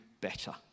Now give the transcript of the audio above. better